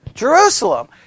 Jerusalem